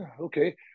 okay